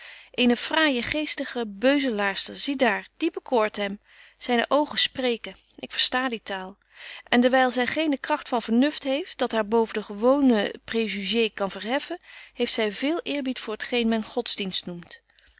eene fraaije geestige beuzelaarster zie daar die bekoort hem zyne oogen spreken ik versta die taal en dewyl zy geene kragt van vernuft heeft dat haar boven de gewone prejugés kan verheffen heeft zy veel eerbied voor t geen men godsdienst noemt